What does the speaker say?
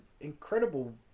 incredible